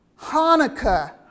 Hanukkah